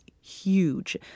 huge